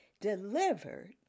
delivered